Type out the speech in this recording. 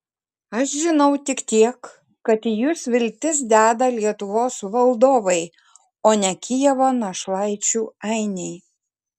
aš žinau tik tiek kad į jus viltis deda lietuvos valdovai o ne kijevo našlaičių ainiai